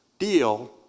deal